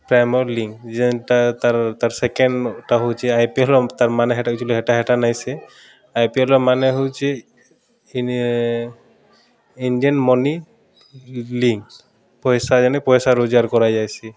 primer link ଯେନ୍ଟା ତାର୍ ତାର୍ ସେକେଣ୍ଡ୍ଟା ହଉଚେ ଆଇପିଏଲ୍ର ତାର୍ମାନେ ହେଟା ହେଟା ହେଟା ନାଇଁ ସେ ଆଇପିଏଲ୍ର ମାନେ ହଉଚେ ଇଣ୍ଡିଆନ୍ ମନି ଲିଙ୍କ୍ ପଏସା ଯେନେକି ପଏସା ରୋଜ୍ଗାର୍ କରାଯାଏସି